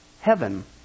Heaven